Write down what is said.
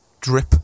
drip